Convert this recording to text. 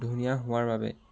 ধুনীয়া হোৱাৰ বাবে